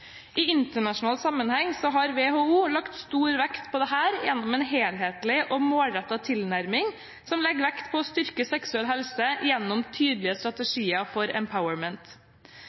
I internasjonal sammenheng har WHO lagt stor vekt på dette gjennom en helhetlig og målrettet tilnærming som legger vekt på å styrke seksuell helse gjennom tydelige strategier for